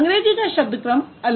अंग्रेज़ी का शब्दक्रम अलग है